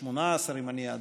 118, אם אני אדייק,